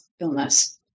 illness